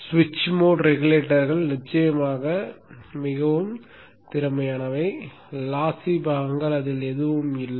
சுவிட்ச் மோட் ரெகுலேட்டர்கள் நிச்சயமாக மிகவும் திறமையானவை லாசி பாகங்கள் எதுவும் இல்லை